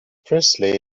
presley